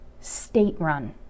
state-run